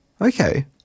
Okay